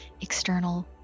external